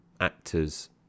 actors